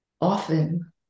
often